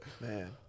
man